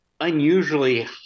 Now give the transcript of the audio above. unusually